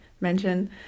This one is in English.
mention